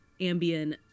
Ambien